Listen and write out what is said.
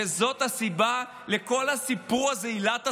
וזאת הסיבה לכל הסיפור הזה, עילת הסבירות.